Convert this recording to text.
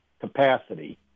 capacity